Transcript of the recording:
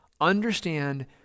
understand